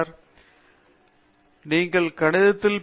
பேராசிரியர் அரிந்தமா சிங் நீங்கள் கணிதத்தில் ஒரு பி